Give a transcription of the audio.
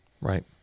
right